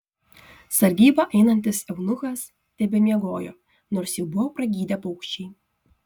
sargybą einantis eunuchas tebemiegojo nors jau buvo pragydę paukščiai